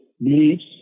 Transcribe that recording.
beliefs